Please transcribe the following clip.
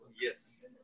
Yes